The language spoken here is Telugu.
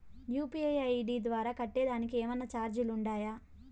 యు.పి.ఐ ఐ.డి ద్వారా కట్టేదానికి ఏమన్నా చార్జీలు ఉండాయా?